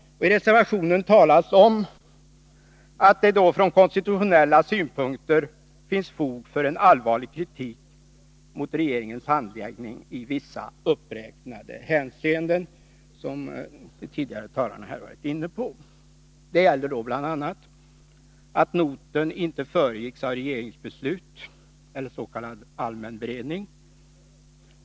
I reservationen talas om att det från konstitutionella synpunkter finns fog för en allvarlig kritik mot regeringens handläggning i vissa uppräknade hänseenden som de tidigare talarna här har varit inne på. Det gällde då bl.a. att noten inte föregicks av regeringsbeslut eller s.k. allmän beredning.